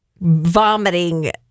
vomiting